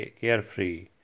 Carefree